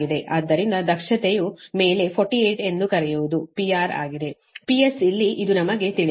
ಆದ್ದರಿಂದ ದಕ್ಷತೆಯು ಮೇಲೆ 48 ಎಂದು ಕರೆಯುವುದು PR ಆಗಿದೆ PS ಲ್ಲಿ ಇದು ನಮಗೆ ತಿಳಿದಿದೆ